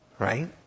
Right